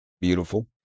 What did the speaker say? Beautiful